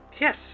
Yes